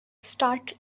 start